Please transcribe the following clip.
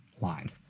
line